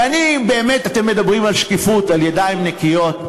ואני באמת, אתם מדברים על שקיפות, על ידיים נקיות.